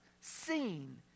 seen